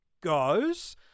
goes